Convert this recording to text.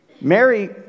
Mary